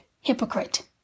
hypocrite